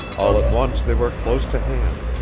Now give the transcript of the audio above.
all at once they were close to hand.